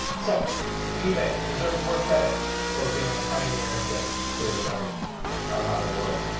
so ebay deserves more credit for being a pioneer that's created our our modern world.